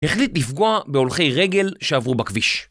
החליט לפגוע בהולכי רגל שעברו בכביש